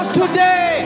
today